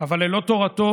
אבל ללא תורתו,